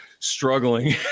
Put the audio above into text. struggling